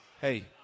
hey